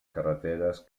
carreteres